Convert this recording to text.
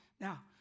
Now